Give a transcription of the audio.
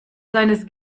seines